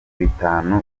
bitanu